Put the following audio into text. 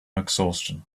exhaustion